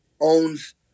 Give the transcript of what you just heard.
owns